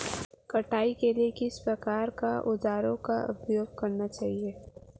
कटाई के लिए किस प्रकार के औज़ारों का उपयोग करना चाहिए?